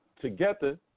together